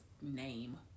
name